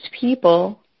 people